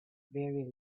very